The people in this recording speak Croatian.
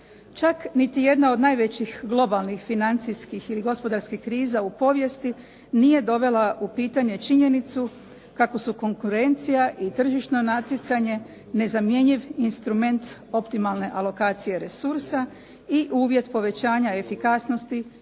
Čak niti jedna od najvećih globalnih financijskih i gospodarskih kriza u povijesti nije dovela u pitanje činjenicu kako su konkurencija i tržišno natjecanje nezamjenjiv instrument optimalne alokacije resursa i uvjet povećanja efikasnosti